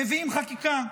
מביאים חקיקה.